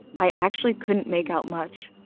i actually couldn't make out much.